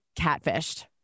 Catfished